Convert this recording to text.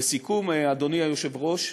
לסיכום, אדוני היושב-ראש,